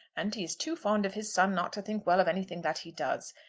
and he is too fond of his son not to think well of anything that he does.